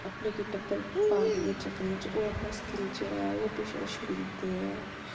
ते अपने टब्बर पालने दे चक्करें च ओह् अपना स्किल्ल जेह्ड़ा ऐ ओह् पिच्छें छोड़ी दिंदे ऐ ते